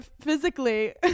physically